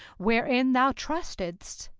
wherein thou trustedst,